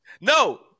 No